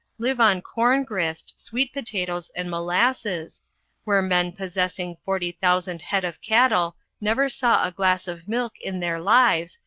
live on corn-grist, sweet potatoes, and molasses where men possessing forty thousand head of cattle never saw a glass of milk in their lives,